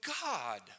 God